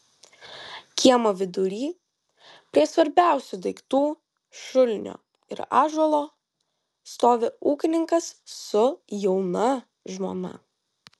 kiemo vidury prie svarbiausių daiktų šulinio ir ąžuolo stovi ūkininkas su jauna žmona